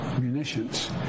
munitions